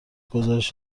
گزارش